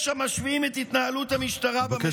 יש המשווים את התנהלות המשטרה במחאה,